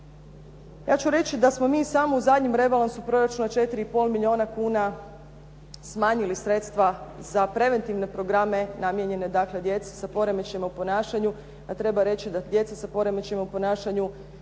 Ja ću reći da smo mi samo u zadnjem rebalansu proračuna 4,5 milijuna kuna smanjili sredstva za preventivne programe namijenjene dakle djeci sa poremećajima u ponašanju, pa treba reći da djeci sa poremećajima u ponašanju